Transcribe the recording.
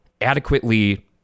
adequately